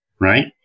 Right